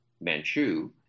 Manchu